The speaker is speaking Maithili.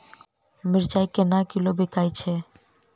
मिर्चा केना किलो बिकइ छैय?